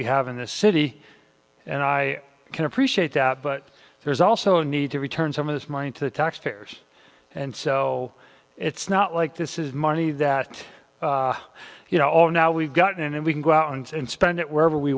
we have in the city and i can appreciate that but there's also a need to return some of this mine to the taxpayers and so it's not like this is money that you know now we've gotten and we can go out and spend it wherever we